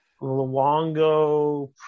Luongo